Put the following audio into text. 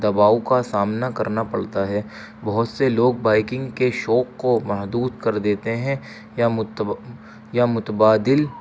دباؤ کا سامنا کرنا پڑتا ہے بہت سے لوگ بائکنگ کے شوق کو محدود کر دیتے ہیں یا یا متبادل